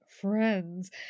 friends